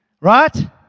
Right